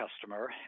customer